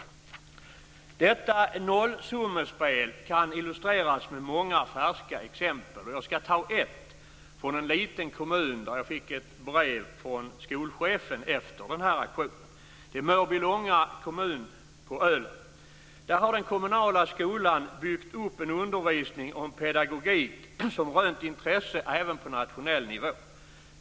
Detta nollsummespel kan illustreras med många färska exempel. Jag ska ta ett från en liten kommun från vilken jag fick ett brev från skolchefen efter den här aktionen. Det är Mörbylånga kommun på Öland. Där har den kommunala skolan byggt upp en undervisning och en pedagogik som rönt intresse även på nationell nivå.